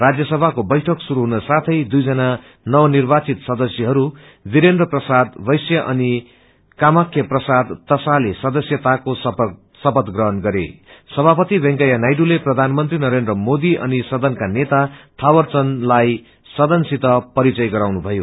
राजयसभको बैइक शुरू हुन साौँ दुई जना नवनिव्रचित सदस्यहरू वरत्रीरेन्द्र प्रसाद वैश्या अनि कामाख्या प्रसााद वसाले सदस्यताको शपाश ग्रहण गरें सी त्रिप्ति वेंकैया नायडूले प्रधानमंत्री नरेन्द्र मोदी अनि सदनाका नेता थावर चन्द लाई सदनसित परिचय गराउनुभयो